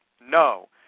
no